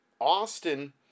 Austin